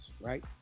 right